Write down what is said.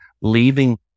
leaving